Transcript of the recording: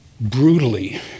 brutally